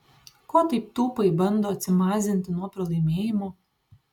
ko taip tūpai bando atsimazinti nuo pralaimėjimo